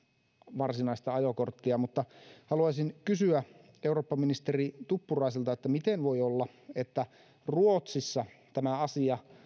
varsinaista ajokorttia haluaisin kysyä eurooppaministeri tuppuraiselta että miten voi olla että ruotsissa tämä asia